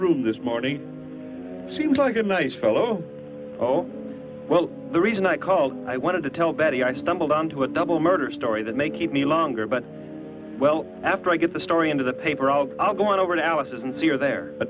room this morning seems like a nice fellow oh well the reason i called i wanted to tell betty i stumbled onto a double murder story that may keep me longer but well after i get the story into the paper i'll go over to alice and see are there a